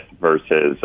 versus